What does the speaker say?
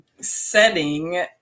setting